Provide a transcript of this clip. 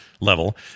level